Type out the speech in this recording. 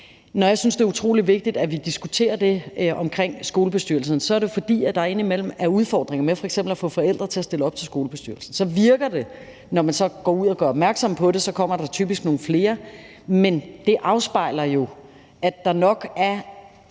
Når jeg synes, det er utrolig vigtigt, at vi diskuterer det her omkring skolebestyrelserne, er det jo, fordi der indimellem er udfordringer med f.eks. at få forældre til at stille op til skolebestyrelsen. Så virker det, når man så går ud og gør opmærksom på det; så kommer der typisk nogle flere. Men det afspejler jo, at der nok er